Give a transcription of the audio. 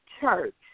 church